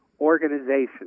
organization